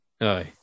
Aye